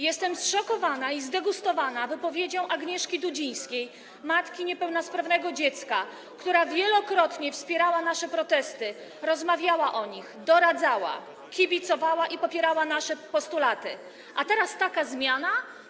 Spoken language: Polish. Jestem zszokowana i zdegustowana wypowiedzią Agnieszki Dudzińskiej, matki niepełnosprawnego dziecka, która wielokrotnie wspierała nasze protesty, rozmawiała o nich, doradzała nam, kibicowała i popierała nasze postulaty, a teraz taka zmiana?